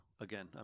Again